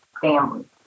family